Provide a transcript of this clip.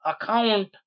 account